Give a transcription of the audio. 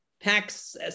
packs